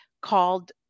called